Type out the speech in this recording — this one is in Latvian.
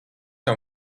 tev